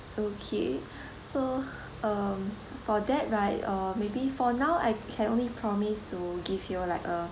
okay so um for that right uh maybe for now I can only promise to give you like a